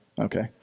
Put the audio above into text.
okay